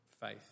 faith